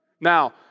Now